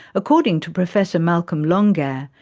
according to professor malcolm longair,